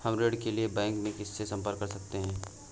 हम ऋण के लिए बैंक में किससे संपर्क कर सकते हैं?